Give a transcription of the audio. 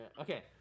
Okay